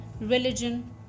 religion